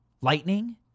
Lightning